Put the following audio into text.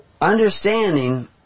understanding